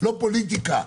לא פוליטיקה,